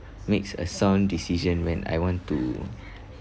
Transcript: makes a sound decision when I want to